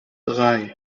drei